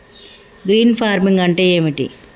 Green farming అంటే ఏమిటి?